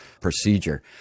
procedure